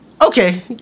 Okay